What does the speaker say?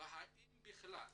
והאם בכלל